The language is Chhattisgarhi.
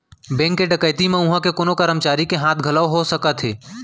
बेंक के डकैती म उहां के कोनो करमचारी के हाथ घलौ हो सकथे